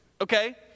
okay